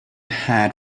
head